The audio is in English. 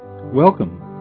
Welcome